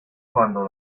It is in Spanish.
cuando